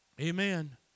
Amen